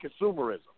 consumerism